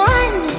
one